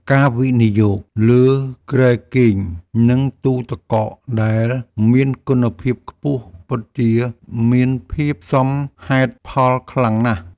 ការវិនិយោគលើគ្រែគេងនិងទូទឹកកកដែលមានគុណភាពខ្ពស់ពិតជាមានភាពសមហេតុផលខ្លាំងណាស់។